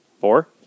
Four